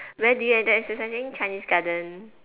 where did you enjoy exercising chinese garden